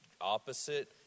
opposite